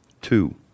Two